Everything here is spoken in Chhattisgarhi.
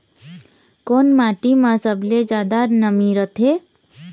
कोन माटी म सबले जादा नमी रथे?